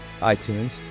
iTunes